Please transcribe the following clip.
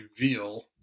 reveal